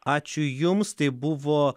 ačiū jums tai buvo